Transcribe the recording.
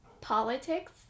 politics